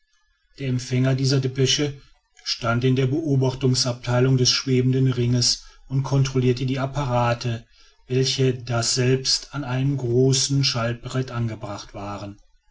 der empfänger dieser depesche stand in der beobachtungsabteilung des schwebenden ringes und kontrollierte die apparate welche daselbst an einem großen schaltbrett angebracht waren